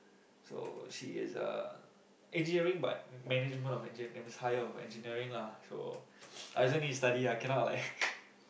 so she is uh engineering but management of engin~ that means is higher of engineering lah so I also need to study ah cannot like